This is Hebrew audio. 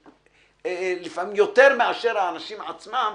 יותר מאשר של האנשים עצמם,